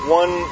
one